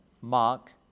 mark